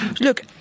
Look